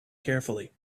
carefully